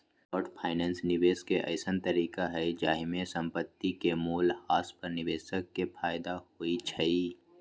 short finance निवेश के अइसँन तरीका हइ जाहिमे संपत्ति के मोल ह्रास पर निवेशक के फयदा होइ छइ